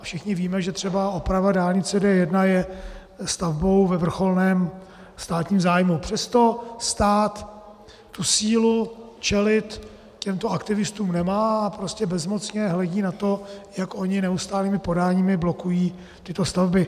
Všichni víme, že třeba oprava dálnice D1 je stavbou ve vrcholném státním zájmu, přesto stát tu sílu čelit těmto aktivistům nemá a prostě bezmocně hledí na to, jak oni neustálými podáními blokují tyto stavby.